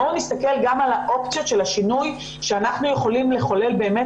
בואו נסתכל גם על האופציות של השינוי שאנחנו יכולים לחולל באמת